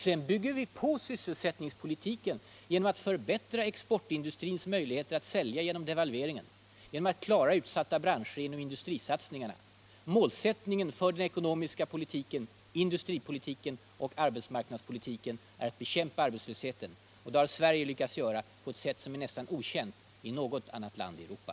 Sedan bygger vi på sysselsättningspolitiken genom att förbättra exportindustrins möjligheter att sälja genom devalveringen och att klara utsatta branscher genom industrisatsningarna. Målsättningen för den ekonomiska industripolitiken och arbetsmarknadspolitiken är att bekämpa arbetslösheten, och det har Sverige lyckats göra på ett sätt som är nästan okänt i varje annat land i Europa.